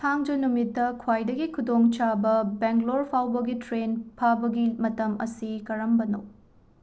ꯊꯥꯡꯖ ꯅꯨꯃꯤꯠꯇ ꯈ꯭ꯋꯥꯏꯗꯒꯤ ꯈꯨꯗꯣꯡꯆꯥꯕ ꯕꯦꯡꯒ꯭ꯂꯣꯔ ꯐꯥꯎꯕꯒꯤ ꯇ꯭ꯔꯦꯟ ꯐꯥꯕꯒꯤ ꯃꯇꯝ ꯑꯁꯤ ꯀꯔꯝꯕꯅꯣ